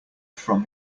from